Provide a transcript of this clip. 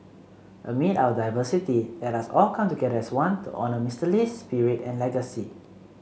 amid our diversity let us all come together as one to honour Mister Lee's spirit and legacy